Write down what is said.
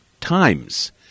times